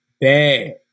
bad